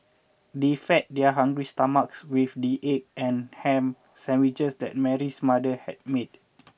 they fed their hungry stomachs with the egg and ham sandwiches that Mary's mother had made